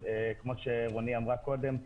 כמו שרני נויבואר אמרה קודם,